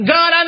God